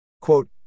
Quote